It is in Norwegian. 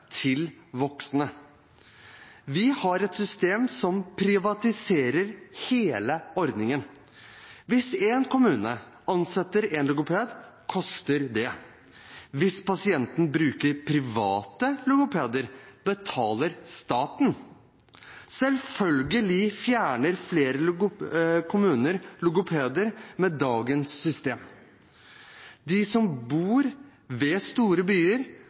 voksne. Vi har et system som privatiserer hele ordningen. Hvis en kommune ansetter en logoped, koster det. Hvis pasienten bruker private logopeder, betaler staten. Selvfølgelig fjerner flere kommuner logopeder med dagens system. De som bor ved store byer,